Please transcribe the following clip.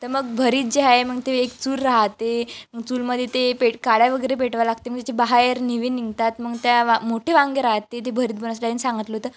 तर मग भरीत जे आहे मग ते एक चूल राहते मग चूलमध्ये ते पेट काड्या वगैरे पेटवाय लागते मग त्याचे बाहेर निवे निघतात मग त्या मोठे वांगे राहते ते भरीत बनवासाठी त्याने सांगतलं होतं